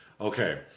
Okay